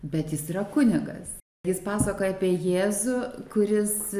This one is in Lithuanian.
bet jis yra kunigas jis pasakoja apie jėzų kuris